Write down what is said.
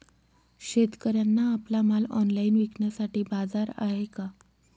शेतकऱ्यांना आपला माल ऑनलाइन विकण्यासाठी बाजार आहे का?